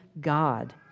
God